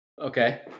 Okay